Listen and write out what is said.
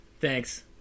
thanks